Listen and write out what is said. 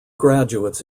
graduates